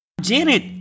Janet